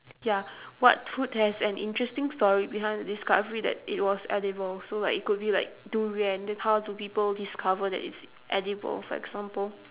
ya what food has an interesting story behind the discovery that it was edible so like it could be like durian then how do people discover that it's edible for example